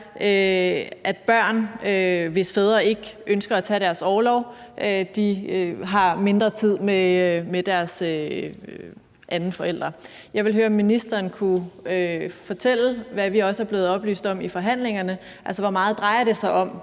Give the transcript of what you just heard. at børn, hvis fædre ikke ønsker at tage deres orlov, har mindre tid med deres anden forælder. Jeg vil høre, om ministeren kunne fortælle, hvad vi også er blevet oplyst om i forhandlingerne, altså hvor meget mindre tid det